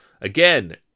Again